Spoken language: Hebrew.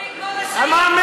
לך בעקבות,